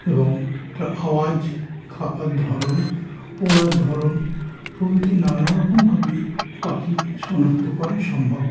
এবং তার আওয়াজ খাবার ধরন ওড়ার ধরন প্রভৃতি নানারকমভাবেই পাখিকে শনাক্ত করা সম্ভব